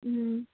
ꯎꯝ